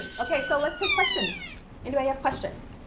okay so let's take questions. anybody have questions?